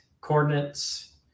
coordinates